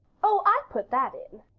oh, i put that in,